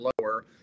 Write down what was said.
lower